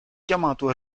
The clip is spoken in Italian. chiamato